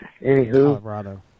Anywho